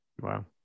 Wow